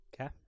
Okay